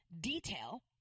detail